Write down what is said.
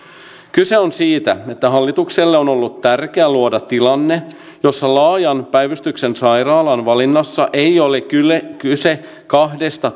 kyse on siitä että hallitukselle on ollut tärkeää luoda tilanne jossa laajan päivystyksen sairaalan valinnassa ei ole kyse kahdesta